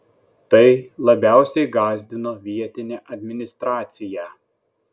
tai labiausiai gąsdino vietinę administraciją